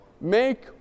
Make